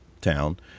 town